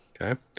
Okay